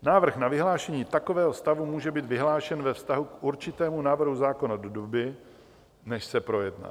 Návrh na vyhlášení takového stavu může být vyhlášen ve vztahu k určitému návrhu zákona do doby, než se projedná.